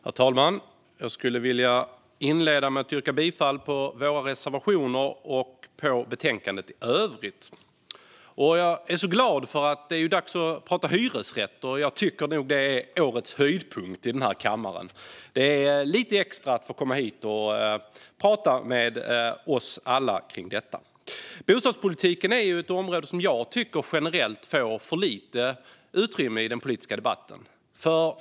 Herr talman! Jag skulle vilja inleda med att yrka bifall till våra reservationer och till förslaget i betänkandet i övrigt. Jag är glad, för det är dags att prata om hyresrätter! Jag tycker nog att det är årets höjdpunkt i denna kammare. Det är något litet extra att få komma hit och prata med alla om detta. Bostadspolitiken är ett område som jag tycker generellt får för lite utrymme i den politiska debatten.